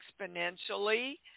exponentially